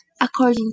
According